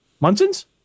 Munson's